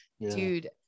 dude